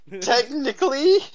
Technically